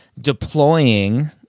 deploying